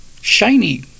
shiny